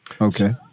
Okay